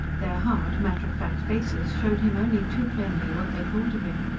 their hard, matter-of-fact faces showed him only too plainly what they thought of him.